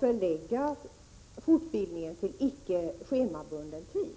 leda till att fortbildningen läggs på icke schemabunden tid.